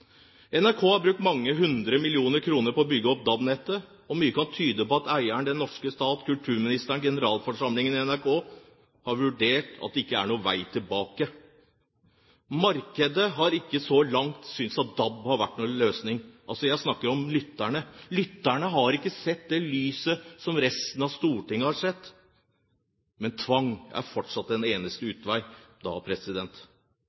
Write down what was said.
NRK har brukt mange hundre millioner kroner på å bygge opp DAB-nettet. Mye kan tyde på at eieren, den norske stat – kulturministeren, generalforsamlingen i NRK, har vurdert det slik at det ikke er noen vei tilbake. Markedet har så langt ikke syntes at DAB har vært en løsning – jeg snakker om lytterne. Lytterne har ikke sett det lyset som resten av Stortinget har sett. Men tvang er fortsatt den eneste